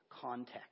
context